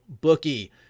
bookie